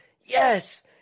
yes